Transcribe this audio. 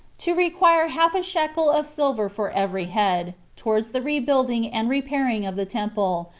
to require half a shekel of silver for every head, towards the rebuilding and repairing of the temple,